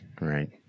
Right